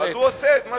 הוא עושה את מה